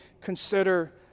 consider